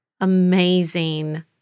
amazing